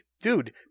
dude